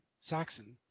Saxon